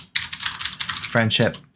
friendship